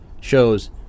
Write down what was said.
shows